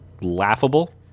laughable